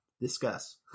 Discuss